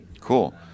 Cool